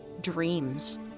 Dreams